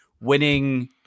winning